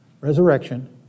resurrection